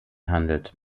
handelt